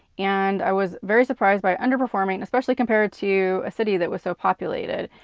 and i was very surprised by underperforming, especially compared to a city that was so populated.